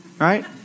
right